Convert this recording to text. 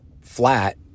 flat